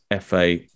FA